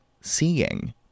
seeing